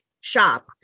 shop